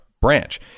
branch